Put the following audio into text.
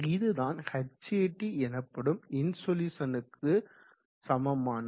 இதுதான் Hat எனப்படும் இன்சொலுசன்க்கு சமமானது